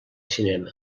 cinema